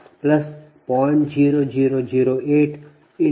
849 2 0